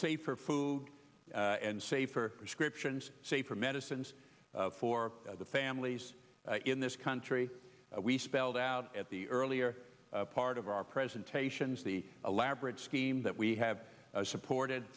safer food and safer descriptions safer medicines for the families in this country we spelled out at the earlier part of our presentations the elaborate scheme that we have supported